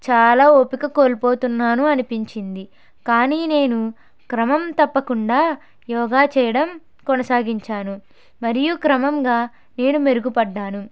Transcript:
చాలా ఓపిక కోల్పోతున్నాను అనిపించింది కానీ నేను క్రమం తప్పకుండా యోగా చేయడం కొనసాగించాను మరియు క్రమంగా నేను మెరుగుపడ్డాను